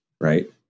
right